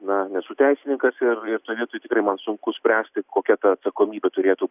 na nesu teisininkas ir ir toj vietoj tikrai man sunku spręsti kokia ta atsakomybė turėtų